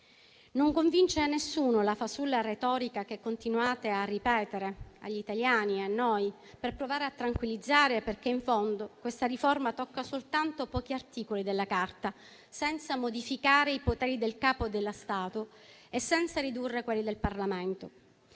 Non convince nessuno la fasulla retorica che continuate a ripetere agli italiani e a noi per provare a tranquillizzare: in fondo, questa riforma tocca soltanto pochi articoli della Carta, senza modificare i poteri del Capo dello Stato e senza ridurre quelli del Parlamento.